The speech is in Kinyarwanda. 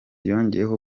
yongeyeho